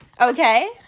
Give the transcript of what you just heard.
Okay